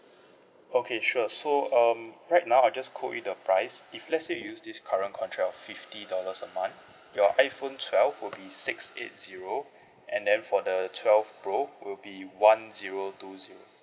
okay sure so um right now I just quote you the price if let's say you use this current contract correct of fifty dollars a month your iphone twelve will be six eight zero and then for the twelve pro will be one zero two zero